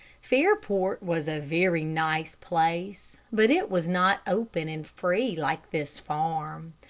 fairport was a very nice place, but it was not open and free like this farm.